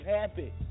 happy